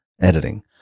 editing